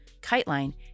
KiteLine